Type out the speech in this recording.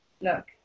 look